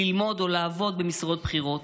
ללמוד או לעבוד במשרות בכירות,